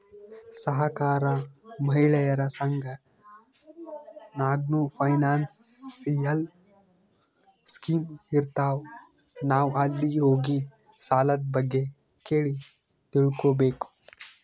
ಸಹಕಾರ, ಮಹಿಳೆಯರ ಸಂಘ ನಾಗ್ನೂ ಫೈನಾನ್ಸಿಯಲ್ ಸ್ಕೀಮ್ ಇರ್ತಾವ್, ನಾವ್ ಅಲ್ಲಿ ಹೋಗಿ ಸಾಲದ್ ಬಗ್ಗೆ ಕೇಳಿ ತಿಳ್ಕೋಬೇಕು